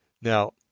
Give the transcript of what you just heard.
Now